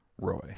Roy